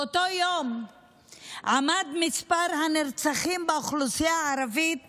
באותו יום עמד מספר הנרצחים באוכלוסייה הערבית